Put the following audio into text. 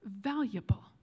valuable